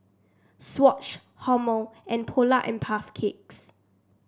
Swatch Hormel and Polar and Puff Cakes